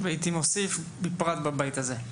הייתי מוסיף, בפרט בבית הזה.